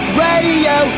radio